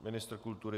Ministr kultury.